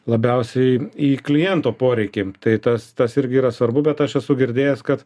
labiausiai į kliento poreikį tai tas tas irgi yra svarbu bet aš esu girdėjęs kad